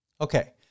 Okay